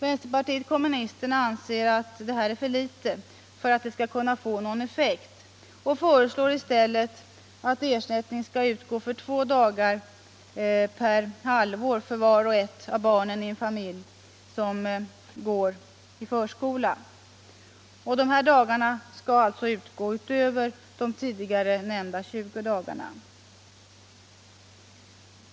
Vpk anser att detta är alltför litet för att det skall kunna få någon effekt och föreslår i stället, att ersättning skall utgå för två dagar per halvår för vart och ett av de barn i en familj som går i en förskola. Dessa dagar skall alltså utgå utöver de tidigare nämnda 20 dagarna.